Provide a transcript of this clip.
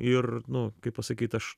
ir nu kaip pasakyt aš